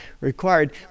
required